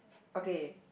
okay